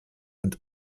und